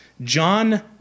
John